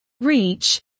reach